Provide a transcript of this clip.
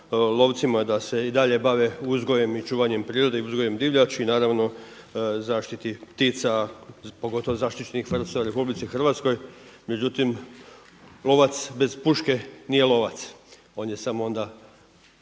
lovcima da se i dalje bave uzgojem i čuvanjem prirode i uzgojem divljači, naravno zaštiti ptica pogotovo zaštićenih vrsta u RH. Međutim, lovac bez puške nije lovac. On je samo onda